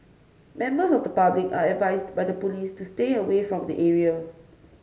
members of the public are advised by the police to stay away from the area